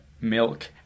milk